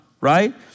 right